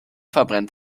verbrennt